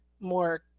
more